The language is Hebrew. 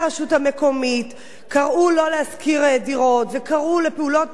קראו לא להשכיר דירות וקראו לפעולות נגד האוכלוסייה הערבית בישראל,